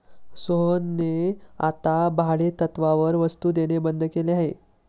सोहनने आता भाडेतत्त्वावर वस्तु देणे बंद केले आहे